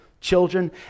children